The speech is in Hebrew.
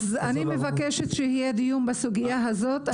אני מבקשת שיהיה דיון בסוגיה הזאת.